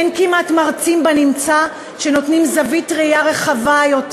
ואין כמעט בנמצא מרצים שנותנים זווית ראייה רחבה יותר.